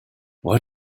why